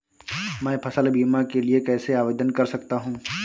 मैं फसल बीमा के लिए कैसे आवेदन कर सकता हूँ?